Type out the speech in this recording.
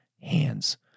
hands